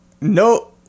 No